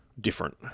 different